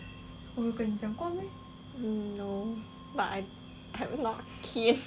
no but I am I am not keen